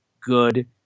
good